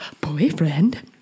Boyfriend